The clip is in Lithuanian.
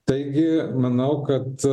taigi manau kad